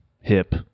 hip